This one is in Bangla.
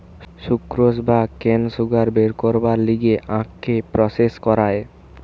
সুক্রোস বা কেন সুগার বের করবার লিগে আখকে প্রসেস করায়